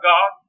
God